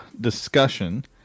discussion